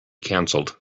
canceled